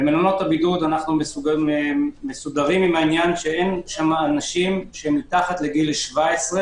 במלונות הבידוד אנו מסודרים עם העניין שאין שם אנשים מתחת לגיל 17,